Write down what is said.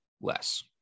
less